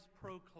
proclaim